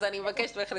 אז אני מבקשת ממך לסכם.